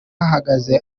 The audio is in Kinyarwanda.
ahagaze